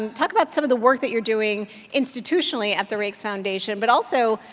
um talk about some of the work that you are doing institutionally at the raikes foundation. but also,